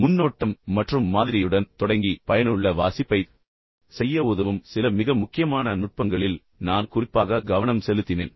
முன்னோட்டம் மற்றும் மாதிரியுடன் தொடங்கி பயனுள்ள வாசிப்பைச் செய்ய உதவும் சில மிக முக்கியமான நுட்பங்களில் நான் குறிப்பாக கவனம் செலுத்தினேன்